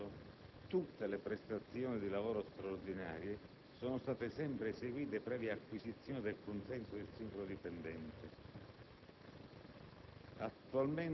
In ogni caso, tutte le prestazioni di lavoro straordinarie sono state sempre eseguite previa acquisizione del consenso del singolo dipendente.